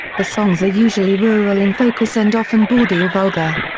the songs are usually rural in focus and often bawdy or vulgar.